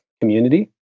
community